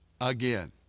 again